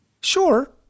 Sure